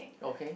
okay